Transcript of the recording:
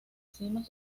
cimas